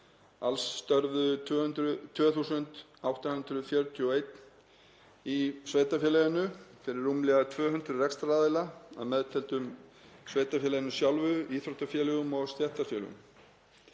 Alls starfaði 2.841 í sveitarfélaginu fyrir rúmlega 200 rekstraraðila að meðtöldu sveitarfélaginu sjálfu, íþróttafélögum og stéttarfélögum.